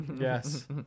Yes